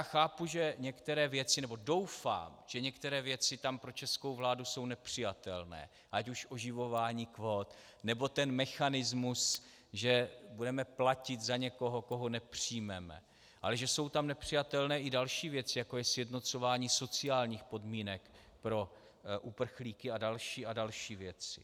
Chápu a doufám, že některé věci tam pro českou vládu jsou nepřijatelné, ať už oživování kvót, nebo ten mechanismus, že budeme platit za někoho, koho nepřijmeme, ale že jsou tam nepřijatelné i další věci, jako je sjednocování sociálních podmínek pro uprchlíky a další a další věci.